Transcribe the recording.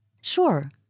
Sure